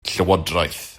llywodraeth